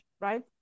right